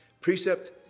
Precept